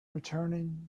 returning